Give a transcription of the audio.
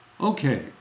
Okay